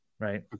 right